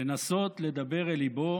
ולנסות לדבר אל ליבו,